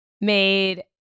made